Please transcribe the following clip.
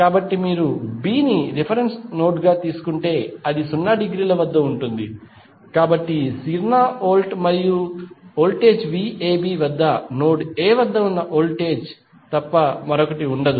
కాబట్టి మీరు B ని రిఫరెన్స్ నోడ్ గా తీసుకుంటే అది 0 డిగ్రీల వద్ద ఉంటుంది కాబట్టి 0 వోల్ట్ మరియు వోల్టేజ్ VAB వద్ద నోడ్ A వద్ద ఉన్న వోల్టేజ్ తప్ప మరొకటి ఉండదు